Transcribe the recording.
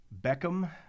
Beckham